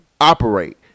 operate